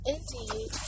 Indeed